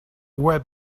web